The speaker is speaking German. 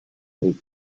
mit